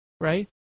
right